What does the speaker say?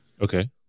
Okay